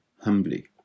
humbly